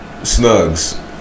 Snugs